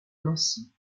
nancy